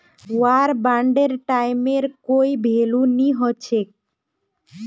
वार बांडेर टाइमेर कोई भेलू नी हछेक